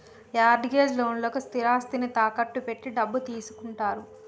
mart gauge లోన్లకు స్థిరాస్తిని తాకట్టు పెట్టి డబ్బు తీసుకుంటారు